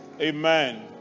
Amen